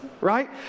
right